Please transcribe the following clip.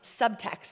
subtext